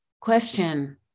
question